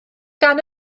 gan